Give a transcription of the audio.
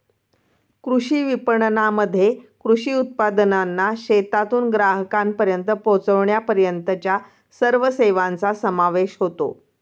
कृषी विपणनामध्ये कृषी उत्पादनांना शेतातून ग्राहकांपर्यंत पोचविण्यापर्यंतच्या सर्व सेवांचा समावेश होतो